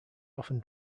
often